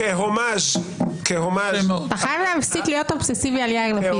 אתה חייב להפסיק להיות אובססיבי על יאיר לפיד.